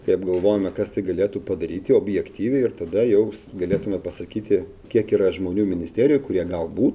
tai apgalvojome kas tai galėtų padaryti objektyviai ir tada jaus galėtume pasakyti kiek yra žmonių ministerijų kurie galbū